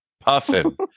puffin